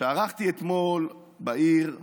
שערכתי אתמול בעיר רמלה,